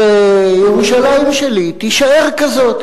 וירושלים שלי תישאר כזאת,